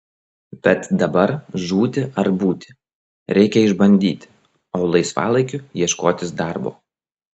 bet dabar žūti ar būti reikia išbandyti o laisvalaikiu ieškotis darbo